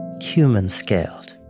human-scaled